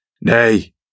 Nay